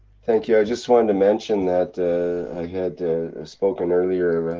thank you. i just wanted to mention that i had spoken earlier.